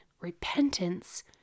Repentance